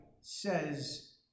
says